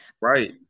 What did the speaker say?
Right